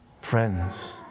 Friends